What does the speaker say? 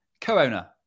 co-owner